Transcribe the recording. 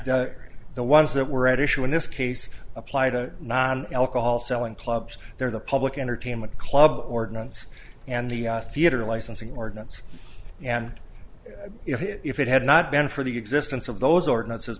like the ones that were at issue in this case apply to non alcohol selling clubs there the public entertainment club ordinance and the theater licensing ordinance and if it had not been for the existence of those ordinances